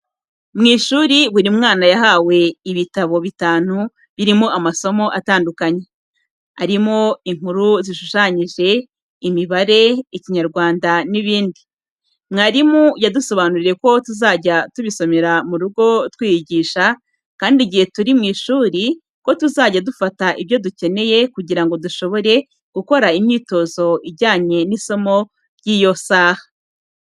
Mu ishuri, buri mwana yahawe ibitabo bitanu birimo amasomo atandukanye, arimo inkuru zishushanyije, imibare, Ikinyarwanda n’ibindi. Mwarimu yadusobanuriye ko tuzajya tubisomera mu rugo twiyigisha, kandi igihe turi mu ishuri ko tuzajya dufata ibyo dukeneye kugira ngo dushobore gukora imyitozo ijyanye n’isomo ry’iyo saha.